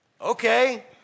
Okay